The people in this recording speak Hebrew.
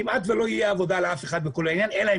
כמעט ולא תהיה עבודה לאף אחד אלא אם